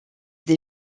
des